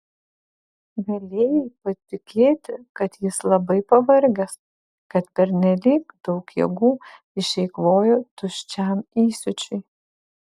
galėjai patikėti kad jis labai pavargęs kad pernelyg daug jėgų išeikvojo tuščiam įsiūčiui